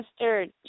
Mr